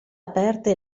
aperte